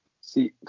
see